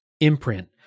imprint